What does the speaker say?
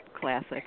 classic